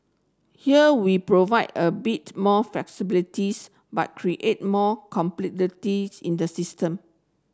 here we provide a bit more flexibilities but create more complexity in the system